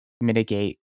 mitigate